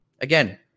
Again